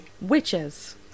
Witches